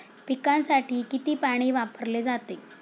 पिकांसाठी किती पाणी वापरले जाते?